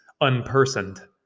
unpersoned